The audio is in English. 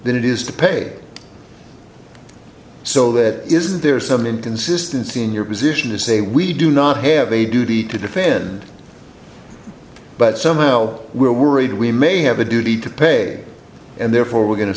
than it is to pay so that isn't there some inconsistency in your position to say we do not have a duty to defend but somehow we're worried we may have a duty to pay and therefore we're going to